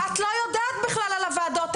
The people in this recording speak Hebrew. הם לא יכלו להשלים את השיבוץ עד לקבלת הכיתות